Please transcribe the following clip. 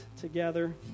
together